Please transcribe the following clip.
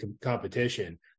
competition